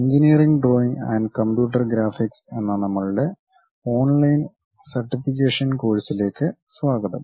engineering drawing and computer graphics എന്ന നമ്മളുടെ online NPTEL certification കോഴ്സിലേക്ക് സ്വാഗതം